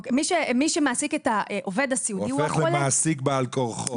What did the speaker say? הוא הופך למעסיק בעל כורחו.